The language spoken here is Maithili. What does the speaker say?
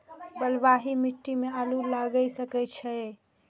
बलवाही मिट्टी में आलू लागय सके छीये?